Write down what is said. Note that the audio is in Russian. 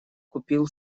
купил